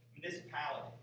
municipality